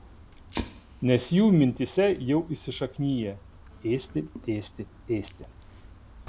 nes jų mintyse jau įsišakniję ėsti ėsti ėsti